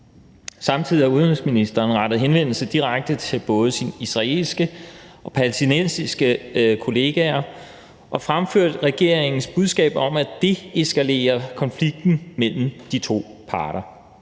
Samtidig har udenrigsministeren rettet henvendelse direkte til både sin israelske og sin palæstinensiske kollega og fremført regeringens budskab om at deeskalere konflikten mellem de to parter.